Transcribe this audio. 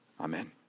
amen